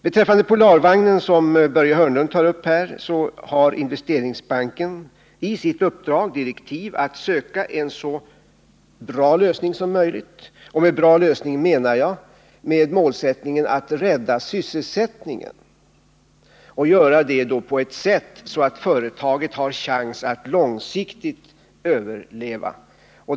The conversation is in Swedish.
Beträffande Polarvagnen, som Börje Hörnlund tar upp här, så har Investeringsbanken i sitt uppdrag direktiv att söka en så bra lösning som möjligt, och med bra lösning menar jag att man skall ha målsättningen att rädda sysselsättningen och göra det på ett sådant sätt att företaget har chans att långsiktigt överleva.